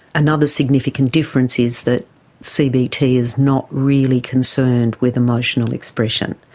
another significant difference is that cbt is not really concerned with emotional expression,